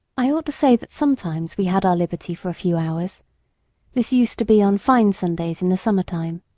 i ought to say that sometimes we had our liberty for a few hours this used to be on fine sundays in the summer-time.